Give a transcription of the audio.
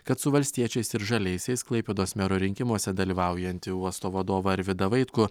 kad su valstiečiais ir žaliaisiais klaipėdos mero rinkimuose dalyvaujantį uosto vadovą arvydą vaitkų